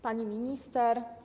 Pani Minister!